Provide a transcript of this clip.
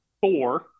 four